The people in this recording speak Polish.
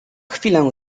chwilę